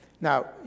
Now